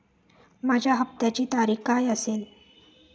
माझ्या हप्त्याची तारीख काय असेल?